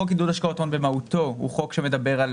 חוק עידוד השקעות הון במהותו הוא חוק שמדבר על